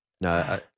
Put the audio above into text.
No